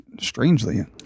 strangely